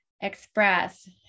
express